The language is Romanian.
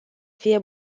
fie